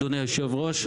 אדוני היושב-ראש,